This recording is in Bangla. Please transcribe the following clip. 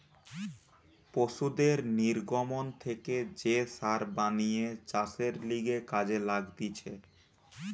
পশুদের নির্গমন থেকে যে সার বানিয়ে চাষের লিগে কাজে লাগতিছে